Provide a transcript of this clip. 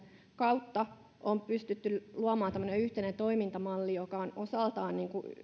kautta on pystytty luomaan yhteinen toimintamalli joka on osaltaan